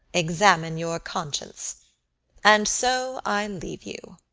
examine your conscience and so i leave you.